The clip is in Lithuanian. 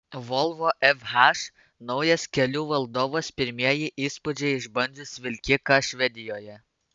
volvo fh naujas kelių valdovas pirmieji įspūdžiai išbandžius vilkiką švedijoje